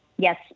Yes